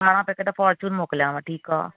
ॿारहां packet Fortune मोकिलियांव ठीक आहे